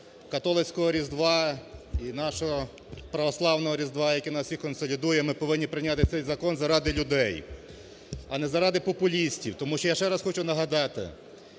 католицького Різдва і нашого православного Різдва, яке нас всіх консолідує ми повинні прийняти цей закон заради людей, а не заради популістів, тому що, я ще раз хочу нагадати,